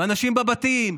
ואנשים בבתים,